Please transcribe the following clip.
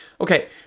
Okay